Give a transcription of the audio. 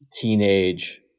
teenage